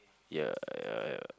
ya ya